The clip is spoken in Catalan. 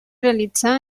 realitzar